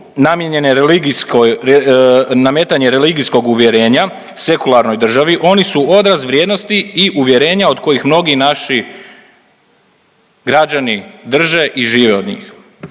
namijenjene religijskoj, nametanje religijskog uvjerenja sekularnoj državi, oni su odraz vrijednosti i uvjerenja od kojih mnogi naši građani drže i žive od njih.